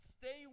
Stay